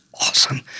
awesome